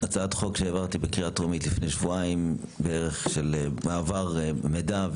הצעת חוק שהעברתי בקריאה טרומית לפני שבועיים של מעבר מידע,